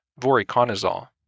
voriconazole